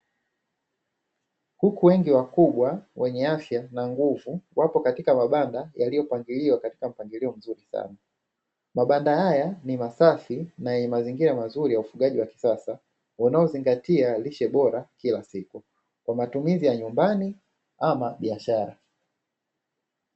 Kuku wengi wakubwa wenye afya na nguvu wapo katika mabanda yaliyo pangiliwa katika mpangilio mzuri sana, mabanda haya ni masafi na yenye mazingira mazuri ya ufugaji wa kisasa, unaozingatia lishe bora kila siku kwa matumizi ya nyumbani ama biashara.